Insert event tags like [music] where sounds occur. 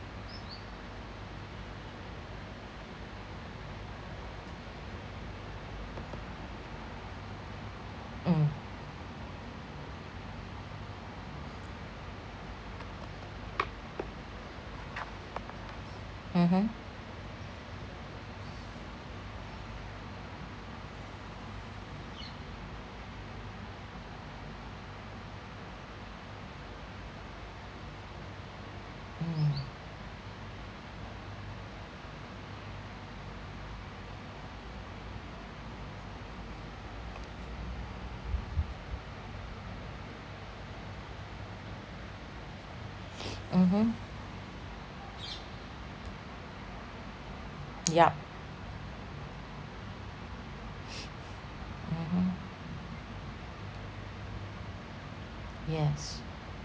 mm mmhmm mm [noise] mmhmm yup [noise] mmhmm yes